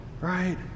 right